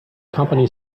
company